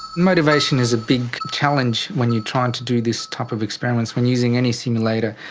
motivation is a big challenge when you're trying to do this type of experiments, when using any simulator.